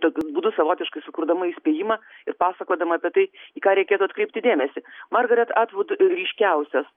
tokiu būdu savotiškai sukurdama įspėjimą ir pasakodama apie tai į ką reikėtų atkreipti dėmesį margaret atvud ryškiausias